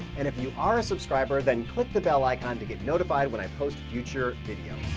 and if you are a subscriber, then click the bell icon to get notified when i post future videos.